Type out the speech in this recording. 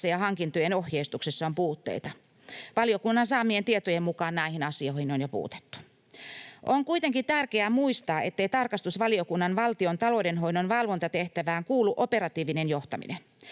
ja hankintojen ohjeistuksessa on puutteita. Valiokunnan saamien tietojen mukaan näihin asioihin on jo puututtu. On kuitenkin tärkeää muistaa, ettei tarkastusvaliokunnan valtion taloudenhoidon valvontatehtävään kuulu operatiivinen johtaminen.